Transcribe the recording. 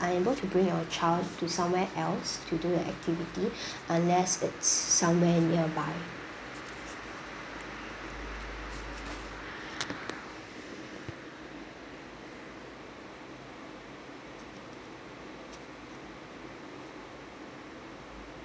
unable to bring your child to somewhere else to do a activity unless it's somewhere nearby